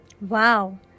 Wow